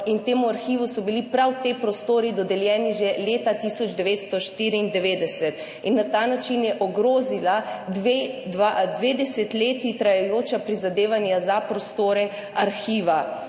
Temu arhivu so bili prav ti prostori dodeljeni že leta 1994 in na ta način je ogrozila dve desetletji trajajoča prizadevanja za prostore Arhiva.